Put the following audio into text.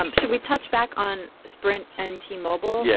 um should we touch back on sprint and t-mobile? yes.